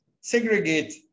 segregate